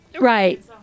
Right